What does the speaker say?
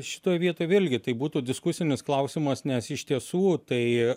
šitoj vietoj vėlgi tai būtų diskusinis klausimas nes iš tiesų tai